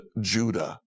Judah